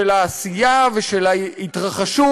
של העשייה ושל ההתרחשות,